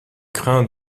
crains